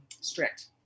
strict